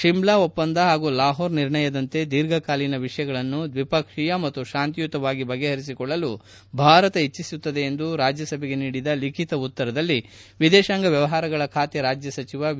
ಶಿಮ್ಲಾ ಒಪ್ಪಂದ ಹಾಗೂ ಲಾಹೋರ್ ನಿರ್ಣಯದಂತೆ ದೀರ್ಘಕಾಲೀನ ವಿಷಯಗಳನ್ನು ದ್ವಿಪಕ್ಷೀಯವಾಗಿ ಮತ್ತು ಶಾಂತಿಯುತವಾಗಿ ಬಗೆಹರಿಸಿಕೊಳ್ಳಲು ಭಾರತ ಇಜ್ಲಿಸುತ್ತದೆ ಎಂದು ರಾಜ್ಯಸಭೆಗೆ ನೀಡಿದ ಲಿಖಿತ ಉತ್ತರದಲ್ಲಿ ವಿದೇಶಾಂಗ ವ್ಯವಹಾರಗಳ ಖಾತೆ ರಾಜ್ನ ಸಚಿವ ವಿ